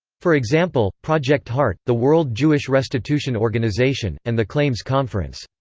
for example project heart, the world jewish restitution organization, and the claims conference.